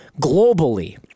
globally